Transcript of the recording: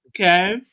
okay